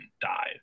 died